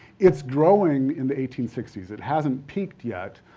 it's growing in the eighteen sixty s. it hasn't peaked yet.